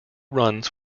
runs